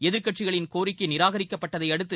எதிர்கட்சிகளின் கோரிக்கை நிராகரிக்கப்பட்டதையடுத்து